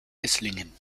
esslingen